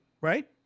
right